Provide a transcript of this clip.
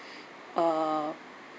uh